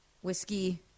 Whiskey